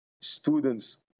students